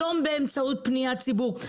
לא באמצעות פניית ציבור.